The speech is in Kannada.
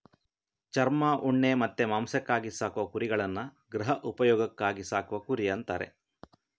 ಚರ್ಮ, ಉಣ್ಣೆ ಮತ್ತೆ ಮಾಂಸಕ್ಕಾಗಿ ಸಾಕುವ ಕುರಿಗಳನ್ನ ಗೃಹ ಉಪಯೋಗಕ್ಕಾಗಿ ಸಾಕುವ ಕುರಿ ಅಂತಾರೆ